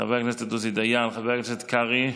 חבר הכנסת עוזי דיין, חבר הכנסת קרעי,